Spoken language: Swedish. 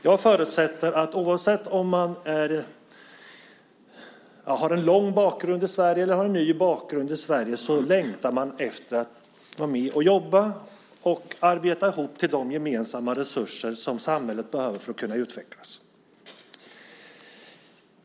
Jag förutsätter att man, oavsett om man har en lång bakgrund i Sverige eller har en ny bakgrund i Sverige, längtar efter att vara med och arbeta ihop till de gemensamma resurser som samhället behöver för att utvecklas.